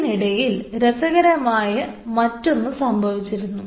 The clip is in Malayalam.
ഇതിനിടയിൽ രസകരമായ മറ്റൊന്ന് സംഭവിച്ചിരുന്നു